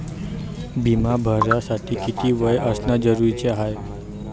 बिमा भरासाठी किती वय असनं जरुरीच हाय?